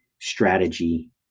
strategy